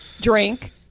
drink